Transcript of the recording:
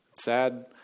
Sad